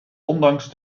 ondanks